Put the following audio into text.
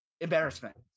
embarrassment